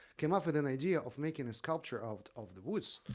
came up with an idea of making a sculpture of of the woods,